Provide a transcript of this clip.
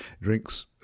drinks